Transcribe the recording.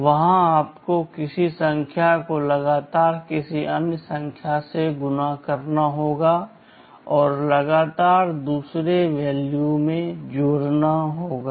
वहां आपको किसी संख्या को लगातार किसी अन्य संख्या से गुणा करना होगा और लगातार दूसरे मान में जोड़ना होगा